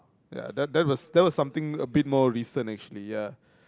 ya that that was that was something a bit more recent actually ya